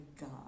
God